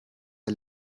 der